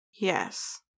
Yes